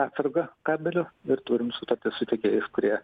atsargą kabelių ir turim sutartį su tiekėjais kurie